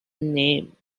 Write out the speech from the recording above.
name